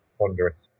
ponderous